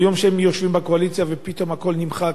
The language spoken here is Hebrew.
היום כשהם יושבים בקואליציה ופתאום הכול נמחק,